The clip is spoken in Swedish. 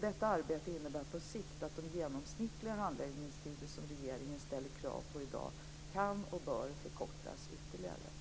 Detta arbete innebär på sikt att de genomsnittliga handläggningstider som regeringen ställer krav på i dag kan och bör förkortas ytterligare.